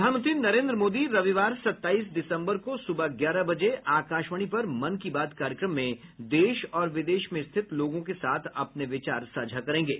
प्रधानमंत्री नरेंद्र मोदी रविवार सत्ताइस दिसम्बर को सुबह ग्यारह बजे आकाशवाणी पर मन की बात कार्यक्रम में देश और विदेश में स्थित लोगों के साथ अपने विचार साझा करेंगे